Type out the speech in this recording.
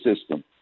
system